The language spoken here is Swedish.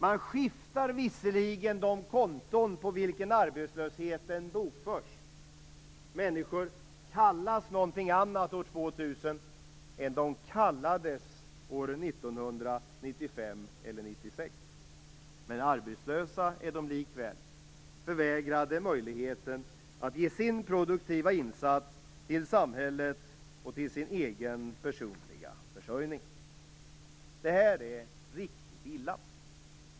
Man skiftar visserligen de konton på vilka arbetslösheten bokförs. Människor kallas någonting annat år 2000 än de kallades år 1995 eller 1996. Men arbetslösa är de likväl, förvägrade möjligheten att ge sin produktiva insats till samhället och till sin egen personliga försörjning. Detta är riktigt illa.